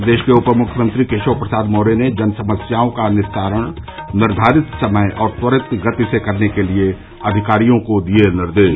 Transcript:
प्रदेश के उप मुख्यमंत्री केशव प्रसाद मौर्य ने जन समस्याओं का निस्तारण निर्वारित समय और त्वरित गति से करने के लिये अधिकारियों को दिये निर्देश